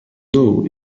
know